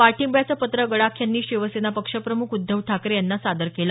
पाठिंब्याचं पत्र गडाख यांनी शिवसेना पक्षप्रमुख उद्धव ठाकरे यांना सादर केलं